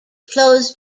flows